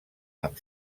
amb